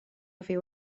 fyw